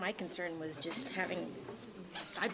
my concern i